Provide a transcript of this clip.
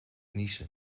niezen